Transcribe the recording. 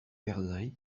perdrix